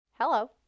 Hello